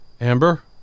Amber